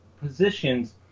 positions